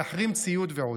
להחרים ציוד ועוד.